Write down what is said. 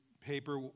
paper